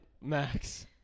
Max